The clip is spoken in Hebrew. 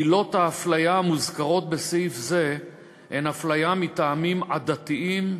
עילות האפליה המוזכרות בסעיף זה הן אפליה מטעמים עדתיים,